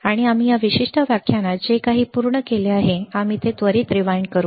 आणि आम्ही या विशिष्ट व्याख्यानात जे काही पूर्ण केले आहे ते आम्ही त्वरीत रिवाइंड करू